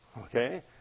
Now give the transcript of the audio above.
Okay